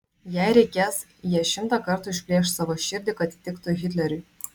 jei reikės jis šimtą kartų išplėš savo širdį kad įtiktų hitleriui